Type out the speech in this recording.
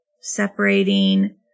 separating